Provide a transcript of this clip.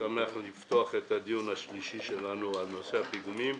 לפתוח את הדיון השלישי שלנו בנושא הפיגומים.